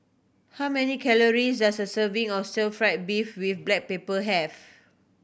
how many calories does a serving of stir fried beef with black pepper have